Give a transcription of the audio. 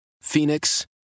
Phoenix